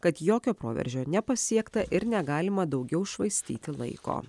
kad jokio proveržio nepasiekta ir negalima daugiau švaistyti laiko